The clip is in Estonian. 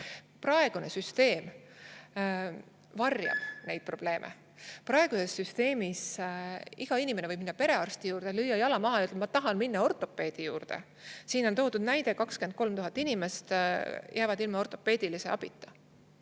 Praegune süsteem varjab neid probleeme. Praeguses süsteemis iga inimene võib minna perearsti juurde, lüüa jala maha ja öelda, et ta tahab minna ortopeedi juurde. Siin on toodud näide, et 23 000 inimest jääb ilma ortopeedilise abita.